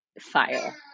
fire